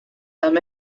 them